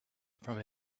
from